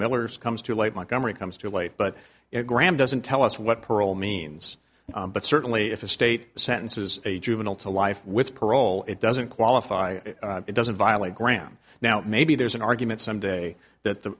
millar's comes too late montgomery comes too late but graham doesn't tell us what parole means but certainly if the state sentences a juvenile to life with parole it doesn't qualify it doesn't violate graham now maybe there's an argument some day that the